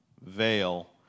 veil